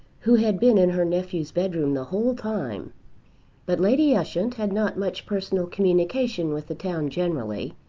who had been in her nephew's bedroom the whole time but lady ushant had not much personal communication with the town generally,